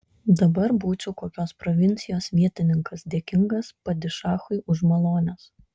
dabar būčiau kokios provincijos vietininkas dėkingas padišachui už malones